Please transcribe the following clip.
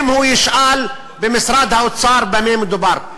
אם הוא ישאל במשרד האוצר במה מדובר.